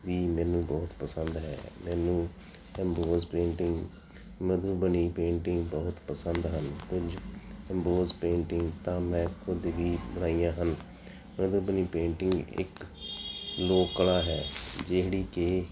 ਵੀ ਮੈਨੂੰ ਬਹੁਤ ਪਸੰਦ ਹੈ ਮੈਨੂੰ ਪੇਂਟਿੰਗ ਬਣੀ ਪੇਂਟਿੰਗ ਬਹੁਤ ਪਸੰਦ ਹਨ ਕੁਝ ਪੇਂਟਿੰਗ ਤਾਂ ਮੈਂ ਖੁਦ ਵੀ ਬਣਾਈਆਂ ਹਨ ਉਹਨਾਂ ਤੋਂ ਬਣੀ ਪੇਂਟਿੰਗ ਇੱਕ ਲੋਕ ਕਲਾ ਹੈ ਜਿਹੜੀ ਕਿ